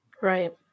Right